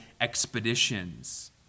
expeditions